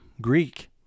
Greek